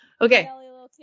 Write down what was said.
Okay